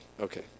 Okay